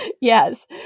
Yes